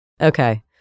Okay